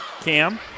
Cam